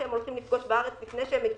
שהם הולכים לפגוש בארץ לפני שהם מגיעים,